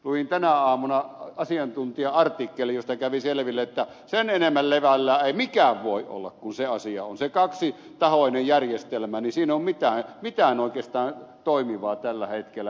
luin tänä aamuna asiantuntija artikkelin josta kävi selville että sen enemmän levällään ei mikään voi olla kuin se asia on siinä kaksitahoisessa järjestelmässä ei ole oikeastaan mitään toimivaa tällä hetkellä